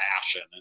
passion